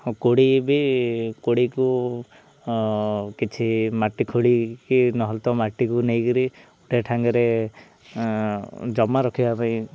କୋଡ଼ି ବି କୋଡ଼ିକୁ କିଛି ମାଟି ଖୋଳିକି ନହେଲେ ତ ମାଟିକୁ ନେଇକିରି ଗୋଟେ ଠାଙ୍ଗରେ ଜମା ରଖିବା ପାଇଁ